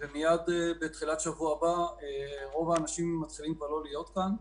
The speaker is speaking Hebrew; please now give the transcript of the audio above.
ומיד בתחילת שבוע הבא רוב האנשים כבר לא יהיו כאן.